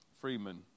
Freeman